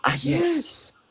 Yes